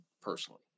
personally